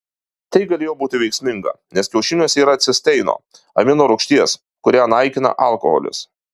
tai galėjo būti veiksminga nes kiaušiniuose yra cisteino amino rūgšties kurią naikina alkoholis